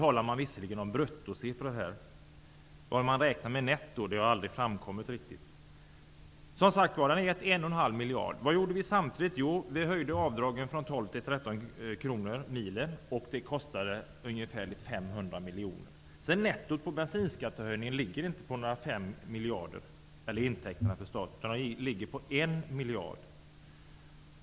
Man talar visserligen om bruttosiffror, vad man hade räknat med netto har aldrig riktigt framgått. Den har som sagt gett en och en halv miljard till statskassan. Men vad gjorde vi samtidigt? Jo, vi höjde avdragen från 12 kr till 13 kr milen, och det kostade ungefärligt 500 miljoner kronor. Intäkterna från bensinskattehöjningen ligger inte på några 5 miljarder, utan på 1 miljard.